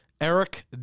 Eric